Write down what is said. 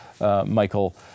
Michael